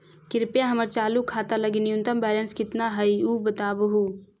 कृपया हमर चालू खाता लगी न्यूनतम बैलेंस कितना हई ऊ बतावहुं